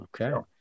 okay